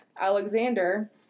Alexander